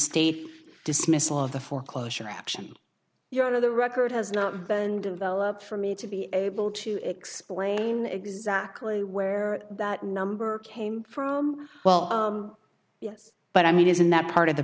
state dismissal of the foreclosure action your end of the record has not been developed for me to be able to explain exactly where that number came from well yes but i mean isn't that part of the